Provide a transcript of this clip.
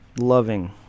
loving